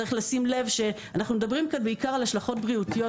אנחנו מדברים כאן בעיקר על השלכות בריאותיות,